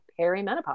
perimenopause